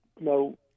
no